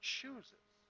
chooses